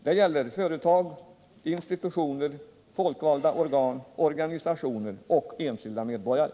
Det gäller företag, institutioner, folkvalda organ, organisationer och enskilda medborgare.